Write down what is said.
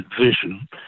vision